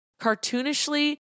cartoonishly